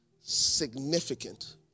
significant